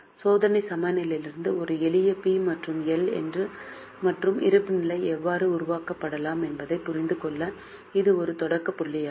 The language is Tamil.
சோதனை சமநிலையிலிருந்து ஒரு எளிய பி மற்றும் எல் மற்றும் இருப்புநிலை எவ்வாறு உருவாக்கப்படலாம் என்பதைப் புரிந்து கொள்ள இது ஒரு தொடக்க புள்ளியாகும்